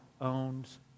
owns